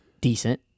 decent